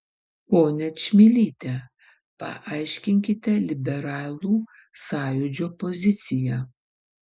ponia čmilyte paaiškinkite liberalų sąjūdžio poziciją